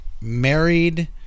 married